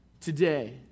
today